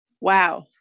wow